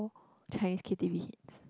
Chinese K_T_V hits